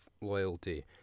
loyalty